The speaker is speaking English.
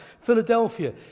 Philadelphia